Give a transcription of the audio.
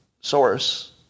source